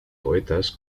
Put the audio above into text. poetas